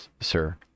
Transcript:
sir